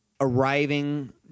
arriving